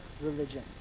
religion